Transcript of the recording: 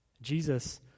Jesus